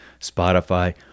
Spotify